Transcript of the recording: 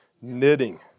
Knitting